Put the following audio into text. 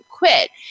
quit